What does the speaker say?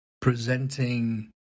presenting